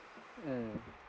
mm